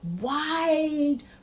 wide